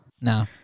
No